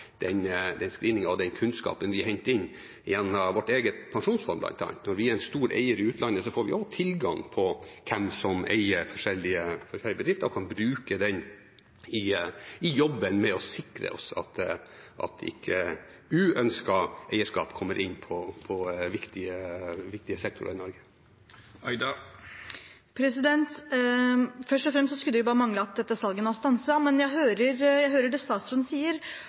den screeningen og den kunnskapen vi henter inn gjennom vårt eget pensjonsfond, bl.a. Når vi er en stor eier i utlandet, får vi også tilgang på hvem som eier forskjellige bedrifter, og kan bruke det i jobben med å sikre oss at ikke uønsket eierskap kommer inn i viktige sektorer i Norge. Først og fremst skulle det bare mangle at dette salget nå er stanset. Jeg hører det statsråden sier,